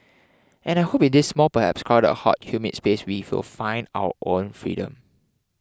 and I hope in this small perhaps crowded hot humid space we will find our own freedom